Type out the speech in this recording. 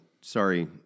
sorry